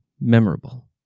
memorable